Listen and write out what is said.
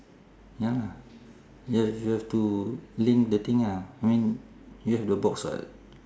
ya lah you have you have to link the thing ah I mean you have the box [what]